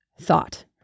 thought